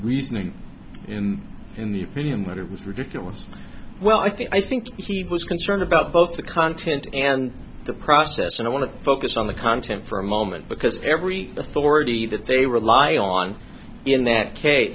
reasoning in in the opinion but it was ridiculous well i think i think he was concerned about both the content and the process and i want to focus on the content for a moment because every authority that they rely on in that case